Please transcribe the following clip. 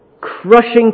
crushing